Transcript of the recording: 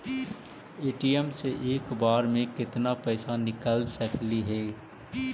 ATM से एक बार मे केत्ना पैसा निकल सकली हे?